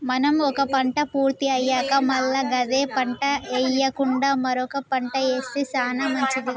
మనం ఒక పంట పూర్తి అయ్యాక మల్ల గదే పంట ఎయ్యకుండా మరొక పంట ఏస్తె సానా మంచిది